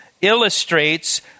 illustrates